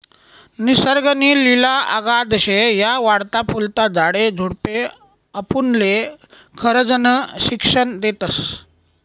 निसर्ग नी लिला अगाध शे, या वाढता फुलता झाडे झुडपे आपुनले खरजनं शिक्षन देतस